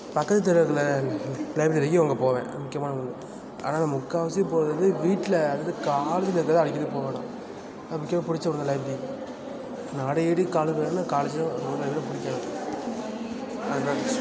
பக்கத்து தெருவில் உள்ள லைப்ரரிக்கு அங்கே போவேன் முக்கியமாக ஒன்று ஆனால் நான் முக்கால்வாசி போகிறது வீட்டில அதாவது காலேஜ்ல இருக்கிறது தான் அடிக்கடி போவேன் நான் முக்கியமாக பிடிச்ச ஒன்று தான் லைப்ரரி நான் அடிக்கடி காலேஜ்ல